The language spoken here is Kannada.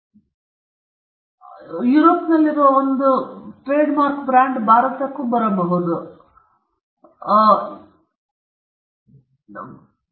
ಈಗ ಐಕೆಯಾ ಐಕೆಯಾದಲ್ಲಿ ಅವರು ನಿಧಾನವಾಗಿ ಇಲ್ಲಿಗೆ ಬರುತ್ತಿದ್ದಾರೆ ಆದರೆ ಐಕೆಯಾವನ್ನು ಯುರೋಪ್ನಲ್ಲಿ ಬಳಸಲಾಗುತ್ತಿದೆ ಮತ್ತು ಐಕೆಯಾ ಭಾರತದಲ್ಲಿ ಏನನ್ನೂ ಮಾರಾಟ ಮಾಡಲಿಲ್ಲ ಎಂದು ಊಹಿಸಿಕೊಂಡು ಯೂರೋಪ್ನಲ್ಲಿ ಬಳಸಲಾಗುವ ಮಾರ್ಕ್ ಅನ್ನು ಬಳಸುವುದಾಗಿದೆ